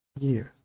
years